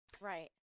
right